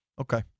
Okay